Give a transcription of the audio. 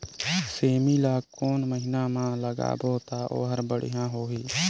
सेमी ला कोन महीना मा लगाबो ता ओहार बढ़िया होही?